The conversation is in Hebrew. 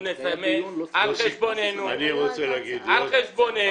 אנחנו נסמן על חשבוננו, על חשבוננו.